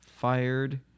fired